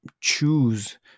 choose